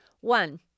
One